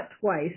twice